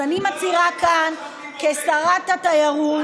אז אני מצהירה כשרת התיירות,